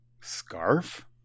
scarf